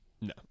no